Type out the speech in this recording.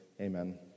Amen